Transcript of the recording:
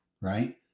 right